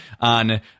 on